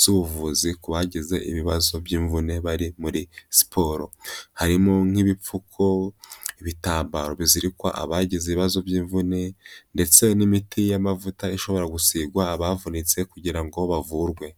z'ubuvuzi ku bagize ibibazo by'imvune bari muri siporo. Harimo nk'ibipfuko, ibitambaro bizirikwa abagize ibibazo by'imvune, ndetse n'imiti y'amavuta ishobora gusigwa abavunitse kugira ngo bavurwe.